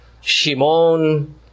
Shimon